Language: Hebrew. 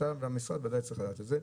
אתם במשרד בוודאי צריכים לדעת את זה.